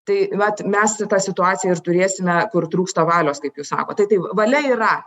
tai vat mes tą situaciją ir turėsime kur trūksta valios kaip jūs sakot tai taip valia yra